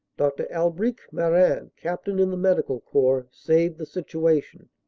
dr. alb ric lviarin, captain in the medical corps, saved the situation.